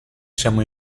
siamo